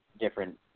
different